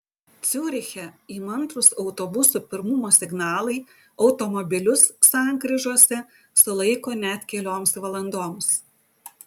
ciuriche įmantrūs autobusų pirmumo signalai automobilius sankryžose sulaiko net kelioms valandoms